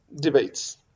Debates